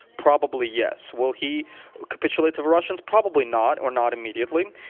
probably yes. will he capitulate to the russians? probably not, or not immediately.